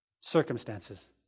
circumstances